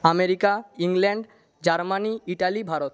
America England Germany Italy Bharat